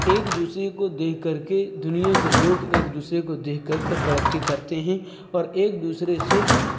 ایک دوسرے کو دیکھ کر کے دنیا کے لوگ ایک دوسرے کو دیکھ کر کے ترقی کرتے ہیں اور ایک دوسرے سے